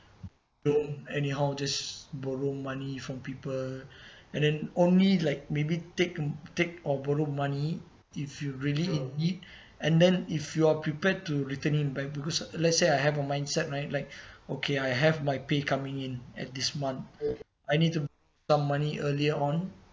don't anyhow just borrow money from people and then only like maybe take a take or borrow money if you really in need and then if you're prepared to returning back because let's say I have a mindset right like okay I have my pay coming in at this month I need to some money earlier on